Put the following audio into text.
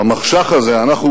במחשך הזה אנחנו